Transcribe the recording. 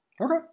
Okay